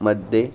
मध्ये